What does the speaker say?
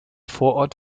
vorort